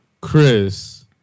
Chris